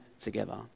together